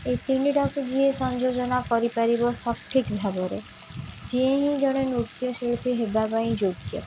ଏ ତିନିଟାକୁ ଯିଏ ସଂଯୋଜନା କରିପାରିବ ସଠିକ୍ ଭାବରେ ସିଏ ହିଁ ଜଣେ ନୃତ୍ୟଶିଳ୍ପୀ ହେବା ପାଇଁ ଯୋଗ୍ୟ